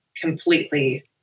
completely